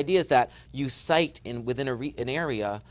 idea is that you cite in within a written area